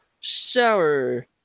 Shower